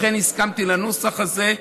לכן הסכמתי לנוסח הזה.